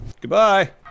goodbye